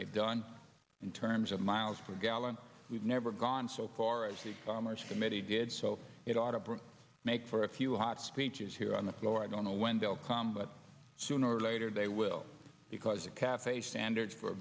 they've done in terms of mpg we've never gone so far as the commerce committee did so it ought to make for a few hot speeches here on the floor i don't know when they'll come but sooner or later they will because the cafe standards for